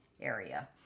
area